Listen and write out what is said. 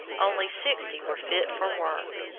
only sixty were fit for work.